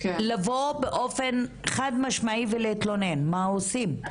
לבוא באופן חד משמעי ולהתלונן, מה עושים?